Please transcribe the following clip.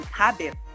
habit